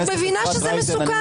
את מבינה שזה מסוכן?